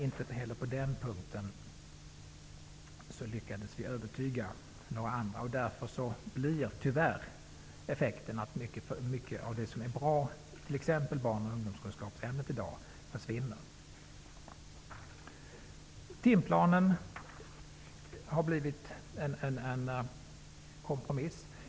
Inte heller på den punkten lyckades vi övertyga någon annan. Därför blir tyvärr effekten att mycket av det som är bra i dag i t.ex. barn och ungdomskunskapsämnet försvinner. Timplanen har blivit en kompromiss.